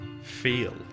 feel